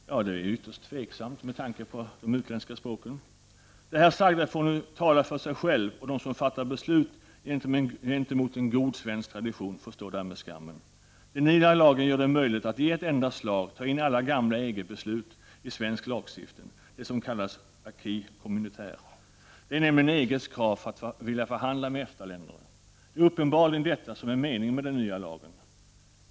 Det är ytterst tveksamt med tanke på de utländska språken. Det här sagda får nu tala för sig själv, och de som fattar beslut gentemot en god svensk tradition får stå där med skammen. Den nya lagen gör det möjligt att i ett enda slag ta in alla gamla EG-beslut i svensk lagstiftning. Det kallas P'acquis communautaire. Det är nämligen EG:s krav för att vilja förhandla med EFTA-länderna. Det är uppenbarligen detta som är meningen med den nya lagen.